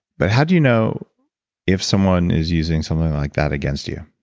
but how do you know if someone is using something like that against you?